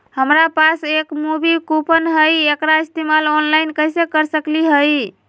हमरा पास एक मूवी कूपन हई, एकरा इस्तेमाल ऑनलाइन कैसे कर सकली हई?